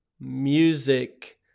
music